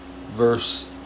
verse